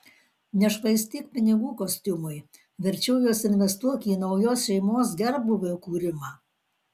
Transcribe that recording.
nešvaistyk pinigų kostiumui verčiau juos investuok į naujos šeimos gerbūvio kūrimą